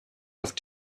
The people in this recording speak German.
auf